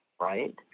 Right